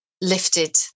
lifted